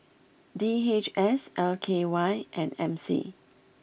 D H S L K Y and M C